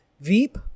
Veep